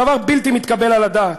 דבר בלתי מתקבל על הדעת.